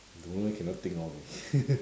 don't know eh cannot think of leh